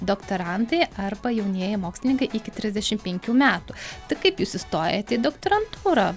doktorantai arba jaunieji mokslininkai iki trisdešimt penkių metų tai kaip jūs įstojate į doktorantūrą